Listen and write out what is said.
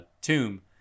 tomb